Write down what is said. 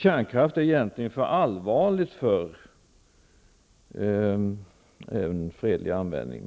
Kärnkraft är egentligen för allvarlig för fredlig användning.